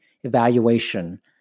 evaluation